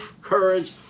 courage